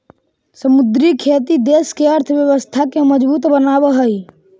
समुद्री खेती देश के अर्थव्यवस्था के मजबूत बनाब हई